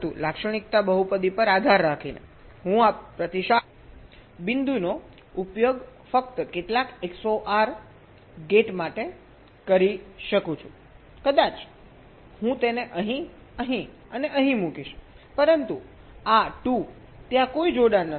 પરંતુ લાક્ષણિકતા બહુપદી પર આધાર રાખીને હું આ પ્રતિસાદ બિંદુનો ઉપયોગ ફક્ત કેટલાક XOR ગેટ માટે કરી શકું છું કદાચ હું તેને અહીં અહીં અને અહીં મૂકીશ પરંતુ આ 2 ત્યાં કોઈ જોડાણ નથી